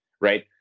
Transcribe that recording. right